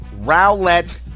Rowlett